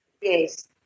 Yes